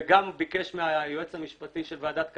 וגם ביקש מהיועץ המשפטי של ועדת הכלכלה.